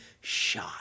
shot